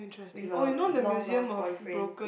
with a long lost boyfriend